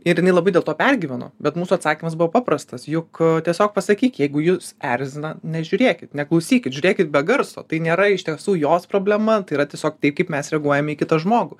ir jinai labai dėl to pergyveno bet mūsų atsakymas buvo paprastas juk tiesiog pasakyk jeigu jus erzina nežiūrėkit neklausykit žiūrėkit be garso tai nėra iš tiesų jos problema tai yra tiesiog taip kaip mes reaguojam į kitą žmogų